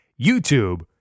YouTube